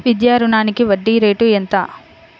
విద్యా రుణానికి వడ్డీ రేటు ఎంత?